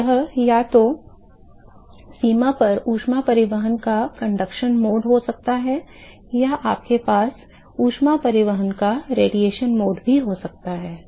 तो यह या तो सीमा पर ऊष्मा परिवहन का संचालन मोड हो सकता है या आपके पास ऊष्मा परिवहन का विकिरण मोड भी हो सकता है